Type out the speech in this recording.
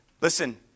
Listen